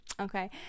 okay